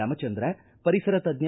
ರಾಮಚಂದ್ರ ಪರಿಸರ ತಜ್ಞ